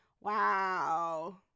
Wow